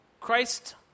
Christ